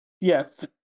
Yes